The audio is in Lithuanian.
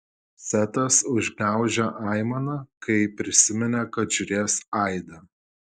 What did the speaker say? setas užgniaužė aimaną kai prisiminė kad žiūrės aidą